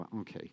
okay